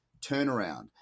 turnaround